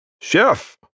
Chef